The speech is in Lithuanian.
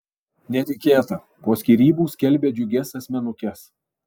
netikėta po skyrybų skelbia džiugias asmenukes